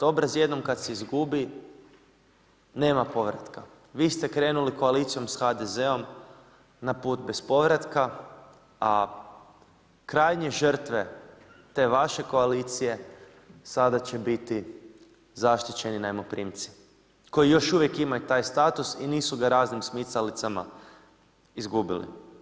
Obraz jednom kad se izgubi nema povratka, vi ste krenuli koalicijom sa HDZ-om na put bez povratka, a krajnje žrtve te vaše koalicije sada će biti zaštićeni najmoprimci koji još uvijek imaju taj status i nisu ga raznim smicalicama izgubili.